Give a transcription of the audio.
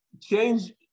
change